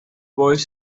bois